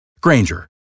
Granger